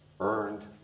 earned